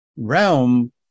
realm